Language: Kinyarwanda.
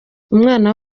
umwana